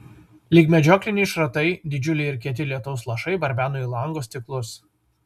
lyg medžiokliniai šratai didžiuliai ir kieti lietaus lašai barbeno į lango stiklus